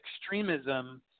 extremism